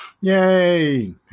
Yay